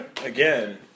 Again